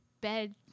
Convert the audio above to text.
bed